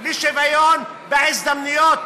ולא רק לשוויון בהזדמנויות,